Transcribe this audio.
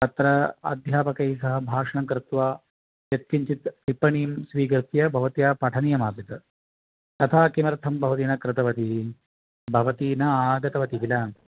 अत्र अध्यापकैस्सह भाषणं कृत्वा यत्किञ्चित् टिप्पणीं स्वीकृत्य भवत्या पठनीयमासीत् तथा किमर्थं भवती न कृतवती भवती न आगतवती किल